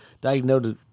diagnosed